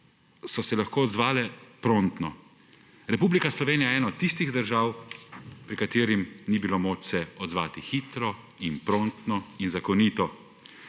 so se lahko odzvale prontno. Republika Slovenija je ena od tistih držav, kjer se ni bilo moč odzvati hitro in prontno in zakonito.